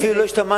אפילו לא השתמשתי.